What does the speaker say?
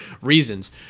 reasons